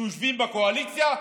שיושבים בקואליציה,